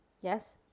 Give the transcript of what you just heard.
Yes